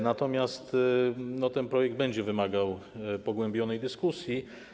Natomiast ten projekt będzie wymagał pogłębionej dyskusji.